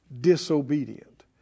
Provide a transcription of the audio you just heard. Disobedient